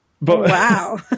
Wow